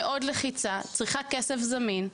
היא מאוד לחיצה, היא צריכה כסף זמין.